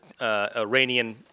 Iranian